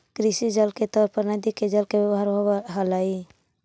कृषि जल के तौर पर नदि के जल के व्यवहार होव हलई